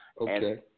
Okay